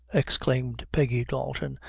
exclaimed peggy dalton,